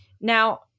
Now